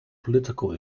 political